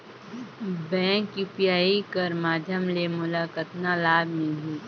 Bank UPI कर माध्यम ले मोला कतना लाभ मिली?